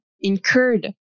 incurred